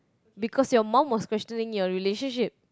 because your mum was questioning your relationship